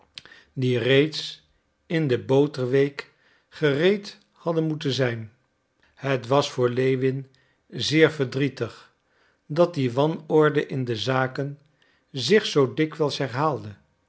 die reeds in de boterweek gereed hadden moeten zijn het was voor lewin zeer verdrietig dat die wanorde in de zaken zich zoo dikwijls